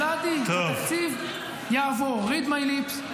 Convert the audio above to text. ולדי, התקציב יעבור, read my lips.